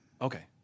Okay